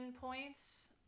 points